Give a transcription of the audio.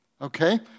Okay